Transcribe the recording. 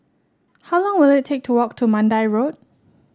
how long will it take to walk to Mandai Road